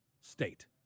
state